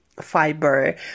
fiber